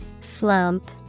Slump